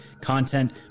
content